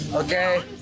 Okay